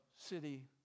city